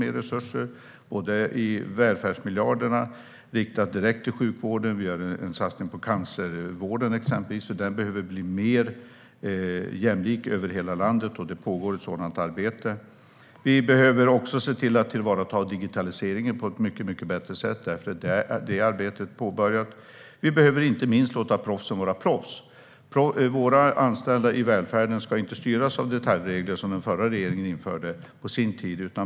Det görs i form av välfärdsmiljarderna, som riktas direkt till sjukvården, och satsningen på cancervården, som behöver bli mer jämlik över hela landet. Ett sådant arbete pågår. Vi behöver också tillvarata digitaliseringen på ett mycket bättre sätt; det arbetet är påbörjat. Vi behöver inte minst låta proffsen vara proffs. Våra anställda i välfärden ska inte styras av detaljregler som den förra regeringen införde på sin tid.